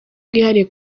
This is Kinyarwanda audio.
bwihariye